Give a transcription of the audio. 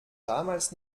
damals